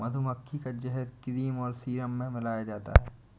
मधुमक्खी का जहर क्रीम और सीरम में मिलाया जाता है